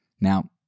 Now